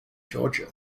georgia